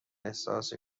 احساس